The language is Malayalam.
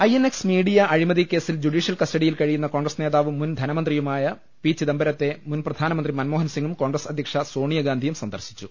ഐ എൻ എക്സ് മീഡിയാ അഴിമതി കേസിൽ ജുഡീഷ്യൽ കസ്റ്റഡിയിൽ കഴിയുന്ന കോൺഗ്രസ് നേതാവും മുൻ ധനമന്ത്രി യുമായ പി ചിദംബരത്തെ മുൻ പ്രധാനമന്ത്രി മൻ മോഹൻ സിംഗും കോൺഗ്രസ് അധ്യക്ഷ സോണിയാ ഗാന്ധിയും സന്ദർശി ച്ചു